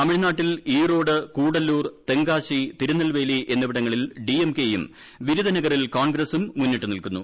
തമിഴ്നാട്ടിൽ ഈറോഡ് കൂടല്ലൂർ തെങ്കാശി തിരുനെൽവേലി എന്നിവിടങ്ങളിൽ ഡി എം കെയും വിരുതനഗറിൽ കോൺഗ്രസും മുന്നിട്ട് നിൽക്കുന്നു